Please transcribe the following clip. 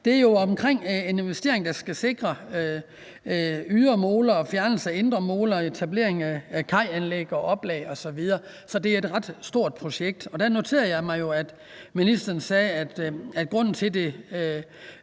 Det er jo en investering, der skal sikre ydre moler og fjernelse af indre moler og etablering af kajanlæg og oplag osv. Så det er et ret stort projekt. Der noterede jeg mig, at ministeren sagde, at grunden til, at